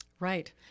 Right